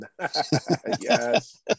Yes